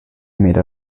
made